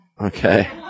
Okay